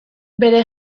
bere